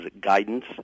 guidance